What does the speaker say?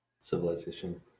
civilization